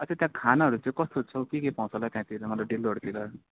आच्छा त्यहाँ खानाहरू चाहिँ कस्तो छ हौ के के पाउँछ होला हौ त्यहाँतिर मतलब डेलोहरूतिर